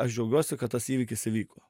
aš džiaugiuosi kad tas įvykis įvyko